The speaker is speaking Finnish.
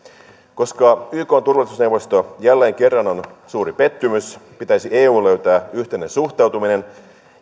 koska ykn turvallisuusneuvosto jälleen kerran on suuri pettymys pitäisi eun löytää yhteinen suhtautuminen